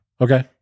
Okay